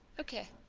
okay